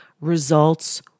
results-